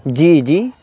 جی جی